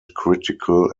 critical